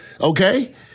okay